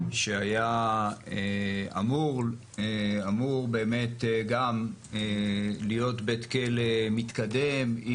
שהיה אמור באמת גם להיות בית כלא מתקדם.